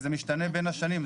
זה משתנה בין השנים.